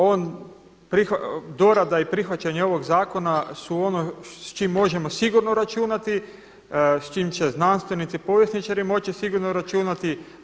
On, dorada i prihvaćanje ovog zakona su ono s čim možemo sigurno računati, s čim će znanstvenici, povjesničari moći sigurno računati.